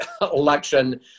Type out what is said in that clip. election